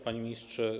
Panie Ministrze!